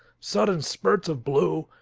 sudden spurts of blue,